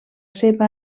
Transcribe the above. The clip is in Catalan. seva